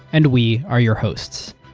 and we are your hosts.